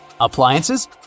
appliances